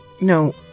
No